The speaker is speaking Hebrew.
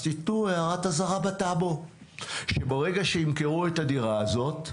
אז תנו הערת אזהרה בטאבו שברגע שימכרו את הדירה הזאת,